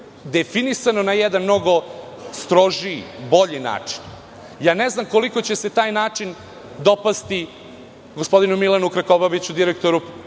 definisano na jedan mnogo strožiji, bolji način. Ne znam koliko će se taj način dopasti gospodinu Milanu Krkobabiću, direktoru